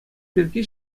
пирки